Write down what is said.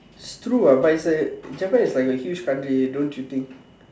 it's true what but it's a Japan is like a huge country don't you think